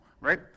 right